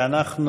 נעבור